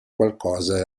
qualcosa